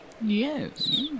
Yes